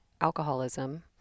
alcoholism